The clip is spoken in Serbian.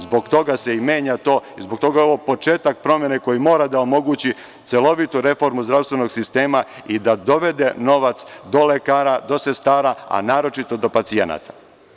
Zbog toga se i menja to, zbog toga je ovo početak promene koji mora da omogući celovitu reformu zdravstvenog sistema i da dovede novac do lekara, do sestara, a naročito do pacijenata.